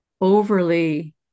overly